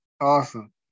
Awesome